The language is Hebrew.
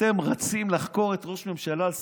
אתם רצים לחקור את ראש הממשלה על סיגרים?